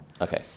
okay